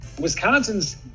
wisconsin's